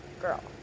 girl